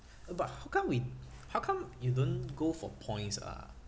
but how come we how come you don't go for points ah